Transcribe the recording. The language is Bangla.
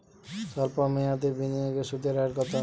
সল্প মেয়াদি বিনিয়োগে সুদের হার কত?